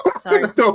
sorry